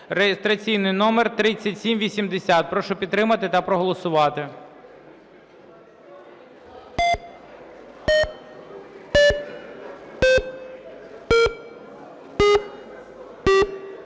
(реєстраційний номер 3780). Прошу підтримати та проголосувати.